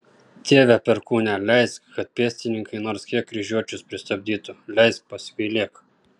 tėve perkūne leisk kad pėstininkai nors kiek kryžiuočius pristabdytų leisk pasigailėk